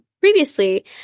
previously